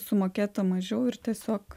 sumokėta mažiau ir tiesiog